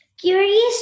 Curious